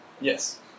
Yes